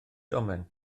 domen